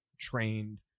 trained